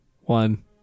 one